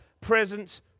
presence